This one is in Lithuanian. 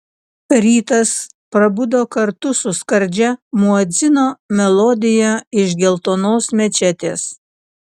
rytas prabudo kartu su skardžia muedzino melodija iš geltonos mečetės